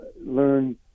learn